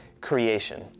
creation